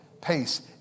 pace